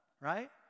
right